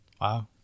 Wow